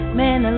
man